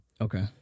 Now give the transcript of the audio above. Okay